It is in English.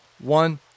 One